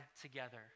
together